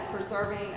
preserving